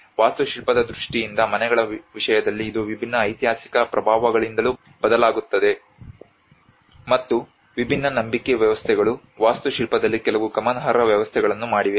ವಾಸ್ತುಶಿಲ್ಪದ ದೃಷ್ಟಿಯಿಂದ ಮನೆಗಳ ವಿಷಯದಲ್ಲಿ ಇದು ವಿಭಿನ್ನ ಐತಿಹಾಸಿಕ ಪ್ರಭಾವಗಳಿಂದಲೂ ಬದಲಾಗುತ್ತದೆ ಮತ್ತು ವಿಭಿನ್ನ ನಂಬಿಕೆ ವ್ಯವಸ್ಥೆಗಳು ವಾಸ್ತುಶಿಲ್ಪದಲ್ಲಿ ಕೆಲವು ಗಮನಾರ್ಹ ವ್ಯತ್ಯಾಸಗಳನ್ನು ಮಾಡಿವೆ